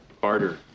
Barter